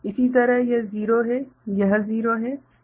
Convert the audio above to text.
इसी तरह यह 0 है यह 0 है